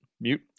Mute